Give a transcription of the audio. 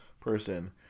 person